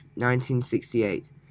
1968